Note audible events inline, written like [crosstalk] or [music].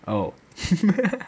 oh [laughs]